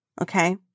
okay